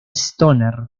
stoner